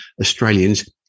Australians